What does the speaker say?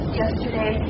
yesterday